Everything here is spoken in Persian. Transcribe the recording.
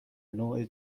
نوع